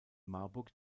marburg